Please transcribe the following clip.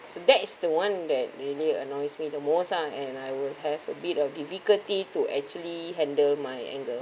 so that is the one that really annoys me the most ah and I will have a bit of difficulty to actually handle my anger